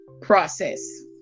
process